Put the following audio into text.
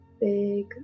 big